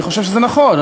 אני חושב שזה נכון,